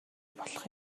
болох